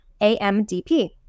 AMDP